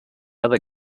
other